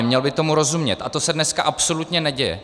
Měl by tomu rozumět, a to se dneska absolutně neděje.